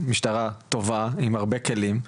משטרה טובה עם הרבה כלים,